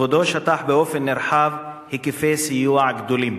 כבודו שטח באופן נרחב היקפי סיוע גדולים.